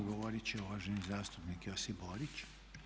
Odgovorit će uvaženi zastupnik Josip Borić.